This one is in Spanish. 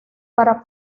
para